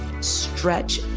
stretch